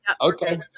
okay